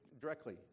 directly